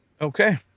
Okay